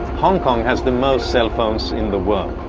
hong kong has the most cell phones in the world.